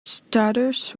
stutters